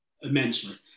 immensely